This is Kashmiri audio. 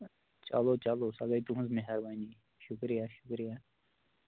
چلو چلو سۄ گٔے تُہنٛز مہربٲنی شُکریہ شُکریہ